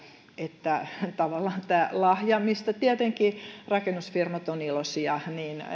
että tavallaan tämä lahja mistä rakennusfirmat tietenkin ovat iloisia